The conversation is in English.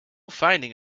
finding